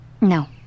No